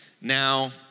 Now